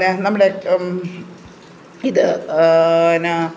പിന്നെ നമ്മുടെ ഇത് പിന്നെ ആ